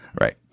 Right